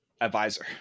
advisor